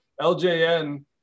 LJN